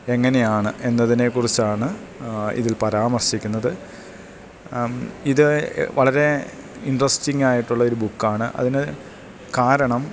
എങ്ങനെയാണ് എന്നതിനെക്കുറിച്ചാണ് ഇതിൽ പരാമർശിക്കുന്നത് ഇതു വളരെ ഇൻട്രസ്റ്റിങ്ങായിട്ടുള്ളൊരു ബുക്കാണ് അതിനു കാരണം